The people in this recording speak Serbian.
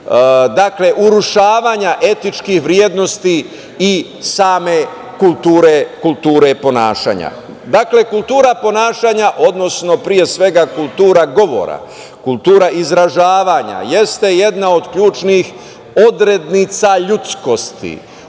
urušavanja etičkih vrednosti i same kulture ponašanja. Dakle, kultura ponašanja, odnosno pre svega kultura govora, kultura izražavanja jeste jedna od ključnih odrednica ljudskosti,